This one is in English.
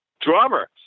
drummer